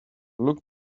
look